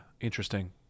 Interesting